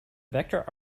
vector